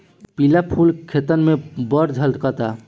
पिला फूल खेतन में बड़ झम्कता